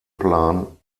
plan